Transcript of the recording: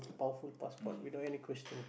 powerful passport without any question